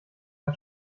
der